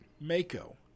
Mako